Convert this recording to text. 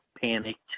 panicked